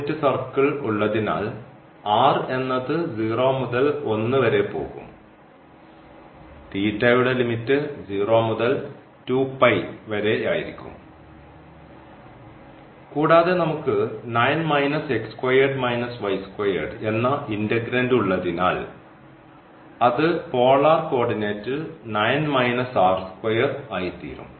unit circle ഉള്ളതിനാൽ എന്നത് 0 മുതൽ 1 വരെ പോകും തീറ്റയുടെ ലിമിറ്റ് 0 മുതൽ 2π വരെയായിരിക്കും കൂടാതെ നമുക്ക് എന്ന ഇന്റഗ്രന്റ് ഉള്ളതിനാൽ അത് പോളാർ കോർഡിനേറ്റിൽ ആയിത്തീരും